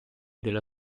della